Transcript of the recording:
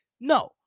No